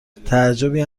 تعجبی